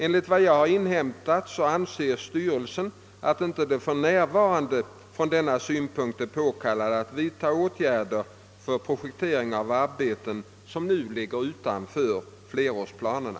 Enligt vad jag har inhämtat anser styrelsen att det inte för närvarande från denna synpunkt är påkallat att vidta åtgärder för projektering av arbeten som ligger utanför flerårsplanerna.